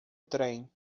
trem